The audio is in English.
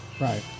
Right